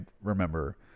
remember